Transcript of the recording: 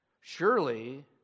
Surely